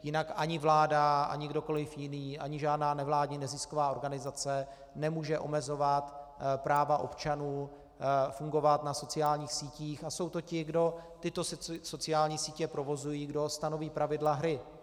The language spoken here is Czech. Jinak ani vláda, ani kdokoliv jiný, ani žádná nevládní nezisková organizace nemůže omezovat práva občanů fungovat na sociálních sítích, a jsou to ti, kdo tyto sociální sítě provozují, kdo stanoví pravidla hry.